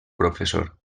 professor